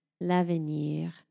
L'avenir